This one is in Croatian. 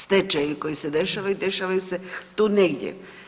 Stečajevi koji se dešavaju dešavaju se tu negdje.